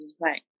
right